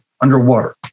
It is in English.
underwater